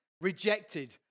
rejected